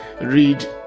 read